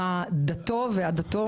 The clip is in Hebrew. אם אתם רוצים לראות מה דתם ומה העדה שלהם.